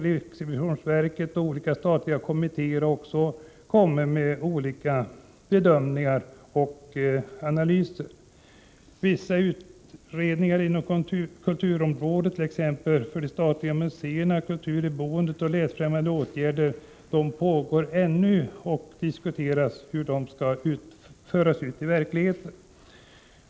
Riksrevisionsverket och olika statliga kommittéer har också presenterat sina bedömningar och analyser. Vissa utredningar inom kulturområdet, t.ex. beträffande de statliga museerna, kultur i boendet och läsfrämjande åtgärder, pågår ännu, och man diskuterar hur deras resultat skall föras ut i verkligheten.